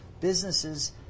businesses